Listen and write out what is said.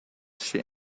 she